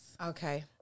okay